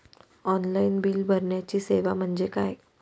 Online bill भरण्याची सेवा म्हणजे काय?